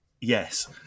Yes